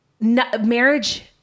marriage